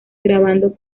grabando